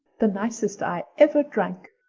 the nicest i ever drank,